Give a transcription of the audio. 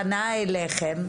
פנה אליכם.